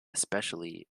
especially